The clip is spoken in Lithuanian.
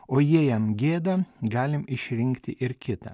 o jei jam gėdą galim išrinkti ir kitą